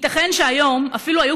יתום לא ישפטו וריב אלמנה לא יבוא